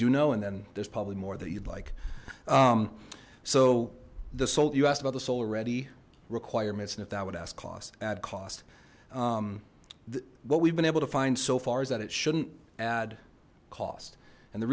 do know and then there's probably more that you'd like so the salt you asked about the solar ready requirements and if that would ask cost add cost what we've been able to find so far is that it shouldn't add cost and the